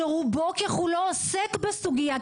שרובו ככולו עוסק בסוגיה,